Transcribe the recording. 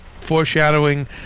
Foreshadowing